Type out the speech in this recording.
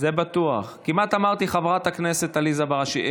כמעט אמרתי "חברת הכנסת עליזה בראשי".